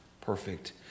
perfect